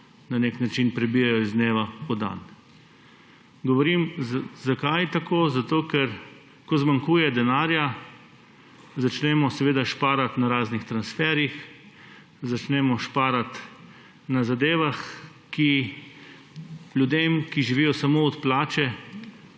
ki se težko prebijajo iz dneva v dan. Zakaj govorim tako? Zato ker ko zmanjkuje denarja, začnemo seveda šparati na raznih transferjih, začnemo šparati na zadevah, ki ljudem, ki živijo samo od plače,